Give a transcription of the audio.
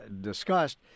discussed